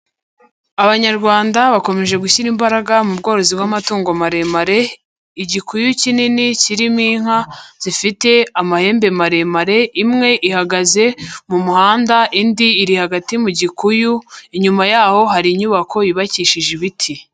Abanyarwanda bakomeje gushyira imbaraga mu bworozi bw'amatungo maremare. Igikuyu kinini kirimo inka zifite amahembe maremare imwe ihagaze mu muhanda indi iri hagati mu gikuyu inyuma yaho hari inyubako yubakishije ibiti.